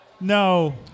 No